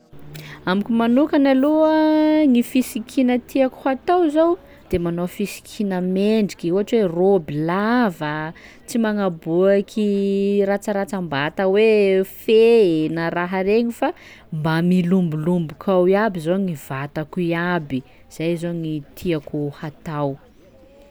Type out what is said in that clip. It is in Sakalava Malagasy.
Amiko manokana aloha gny fisikina tiako ho atao zao de manao fisikina mendriky ohatra hoe raoby lava, tsy magnaboaky rantsarantsam-bata hoe fe na raha regny fa mba milombolomboka ao iaby zao gny vatako iaby, zay zao gny tiako hatao.